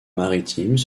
maritimes